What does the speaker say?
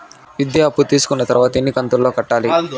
విద్య అప్పు తీసుకున్న తర్వాత ఎన్ని కంతుల లో కట్టాలి?